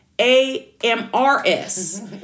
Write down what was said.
A-M-R-S